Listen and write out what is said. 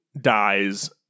dies